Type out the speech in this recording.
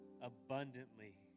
abundantly